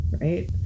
right